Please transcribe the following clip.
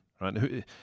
right